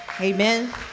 Amen